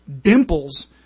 dimples